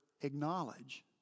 acknowledge